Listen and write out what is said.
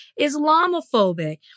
Islamophobic